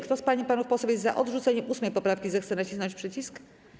Kto z pań i panów posłów jest za odrzuceniem 8. poprawki, zechce nacisnąć przycisk.